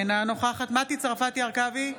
אינה נוכחת מטי צרפתי הרכבי,